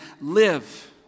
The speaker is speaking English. live